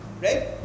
right